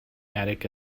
attic